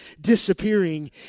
disappearing